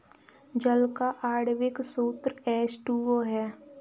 जल का आण्विक सूत्र एच टू ओ है